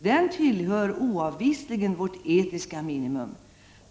Den tillhör oavvisligen vårt etiska minimum.